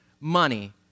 money